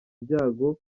ibyago